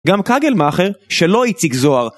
גם כגל מאחר שלא איציק זוהר